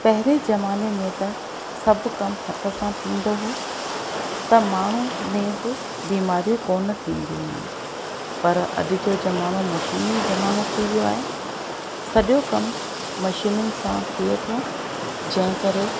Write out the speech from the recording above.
पहिरें ज़माने में त सभु कमु हथ सां थींदो हुओ त माण्हू में बि बीमारयूं कोन थींदियूं हुयूं पर अॼ जो ज़मानो मशीनी ज़मानो थी वियो आहे सॼो कमु मशीनुनि सां थिए थो जंहिं करे